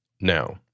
Now